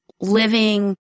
living